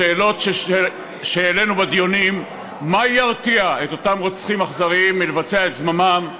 בשאלות שהעלנו בדיונים מה ירתיע את אותם רוצחים אכזריים מלבצע את זממם,